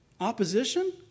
Opposition